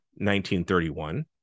1931